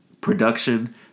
Production